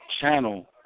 channel